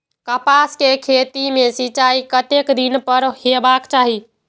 कपास के खेती में सिंचाई कतेक दिन पर हेबाक चाही?